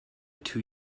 two